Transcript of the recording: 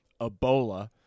ebola